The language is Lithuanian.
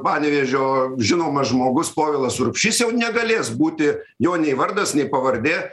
panevėžio žinomas žmogus povilas urbšys jau negalės būti jo nei vardas nei pavardė